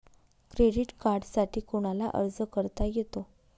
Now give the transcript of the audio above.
Credit कार्डसाठी कोणाला अर्ज करता येतो?